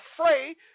afraid